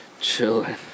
chilling